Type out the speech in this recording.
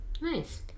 Nice